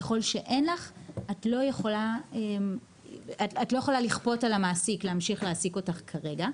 כלל שאין לך את לא יכולה לכפות על המעסיק להמשיך להעסיק אותך כרגע,